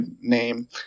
name